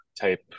type